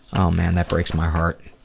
oh man, that breaks my heart.